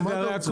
מה אתה רוצה?